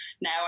now